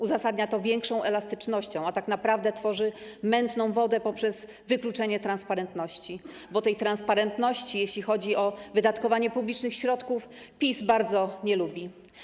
Uzasadnia to większą elastycznością, a tak naprawdę tworzy mętną wodę poprzez wykluczenie transparentności, bo tej transparentności, jeśli chodzi o wydatkowanie publicznych środków, PiS bardzo nie lubi.